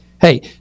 Hey